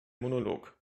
monolog